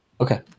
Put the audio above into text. Okay